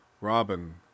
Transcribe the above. robin